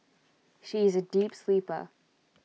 she is A deep sleeper